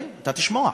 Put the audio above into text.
תשמע.